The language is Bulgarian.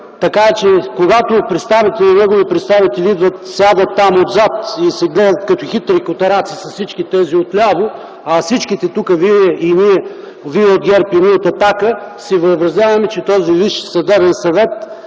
така че когато негови представители идват, сядат там отзад и се гледат като хитри котараци с всички тези отляво, а тук всички вие и ние – вие от ГЕРБ и ние от „Атака”, си въобразяваме, че този Висш съдебен съвет